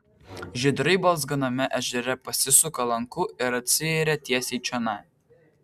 žydrai balzganame ežere pasisuka lanku ir atsiiria tiesiai čionai